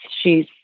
shes